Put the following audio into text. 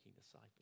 disciples